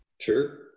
Sure